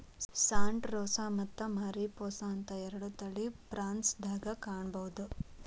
Santa Rosa ಮತ್ತ Mariposa ಅಂತ ಎರಡು ತಳಿ ಪ್ರುನ್ಸ್ ದಾಗ ಕಾಣಬಹುದ